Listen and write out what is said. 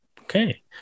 Okay